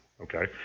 Okay